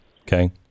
okay